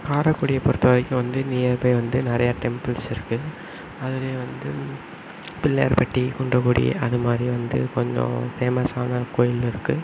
காரைக்குடியை பொறுத்தவரைக்கும் வந்து near by வந்து நிறைய டெம்பிள்ஸ் இருக்கு அதிலியும் வந்து பிள்ளையார் பட்டி குன்றக்குடி அது மாதிரி வந்து கொஞ்சம் ஃபேமஸ்சான கோயில் இருக்குது